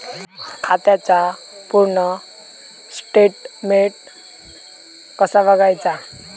खात्याचा पूर्ण स्टेटमेट कसा बगायचा?